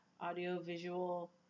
audio-visual